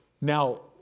Now